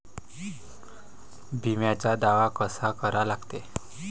बिम्याचा दावा कसा करा लागते?